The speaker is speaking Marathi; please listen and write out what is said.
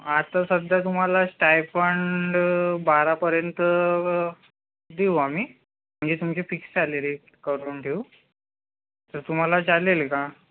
आता सध्या तुम्हाला स्टायपंड बारापर्यंत देऊ आम्ही म्हणजे तुमची फिक्स सॅलरी करून देऊ तर तुम्हाला चालेल का